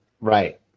Right